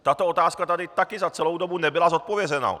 Tato otázka tady taky za celou dobu nebyla zodpovězena.